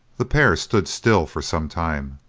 the pair stood still for some time,